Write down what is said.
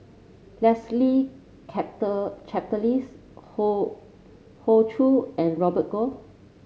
Leslie Charteris Hoey Hoey Choo and Robert Goh